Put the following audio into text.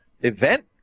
event